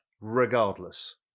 regardless